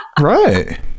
Right